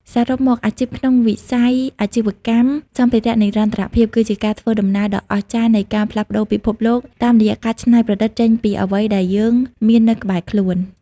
សរុបមក អាជីពក្នុងវិស័យ អាជីវកម្មសម្ភារៈនិរន្តរភាពគឺជាការធ្វើដំណើរដ៏អស្ចារ្យនៃការផ្លាស់ប្តូរពិភពលោកតាមរយៈការច្នៃប្រឌិតចេញពីអ្វីដែលយើងមាននៅក្បែរខ្លួន។